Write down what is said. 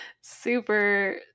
Super